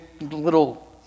Little